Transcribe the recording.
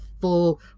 full